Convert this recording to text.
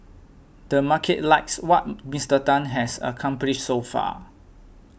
the market likes what Mister Tan has accomplished so far